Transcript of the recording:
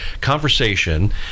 conversation